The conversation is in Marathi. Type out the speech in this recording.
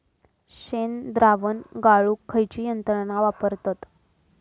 शेणद्रावण गाळूक खयची यंत्रणा वापरतत?